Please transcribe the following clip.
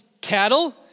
cattle